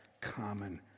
common